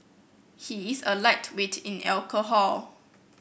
he is a lightweight in alcohol